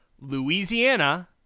Louisiana